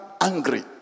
angry